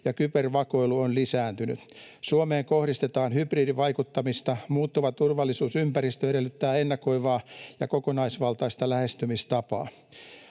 ja kybervakoilu on lisääntynyt. Suomeen kohdistetaan hybridivaikuttamista. Muuttuva turvallisuusympäristö edellyttää ennakoivaa ja kokonaisvaltaista lähestymistapaa.